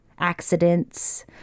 Accidents